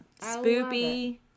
Spoopy